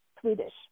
Swedish